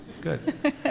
good